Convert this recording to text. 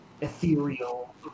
ethereal